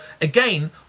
again